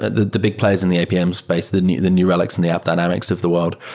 the the big players in the apm space, the new the new relics and the app dynamics of the world,